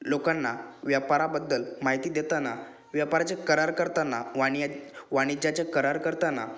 लोकांना व्यापाराबद्दल माहिती देताना व्यापाराचे करार करताना वाणिया वाणिज्याचे करार करताना